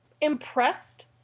impressed